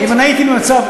אם אני הייתי במצב,